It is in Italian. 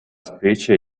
specie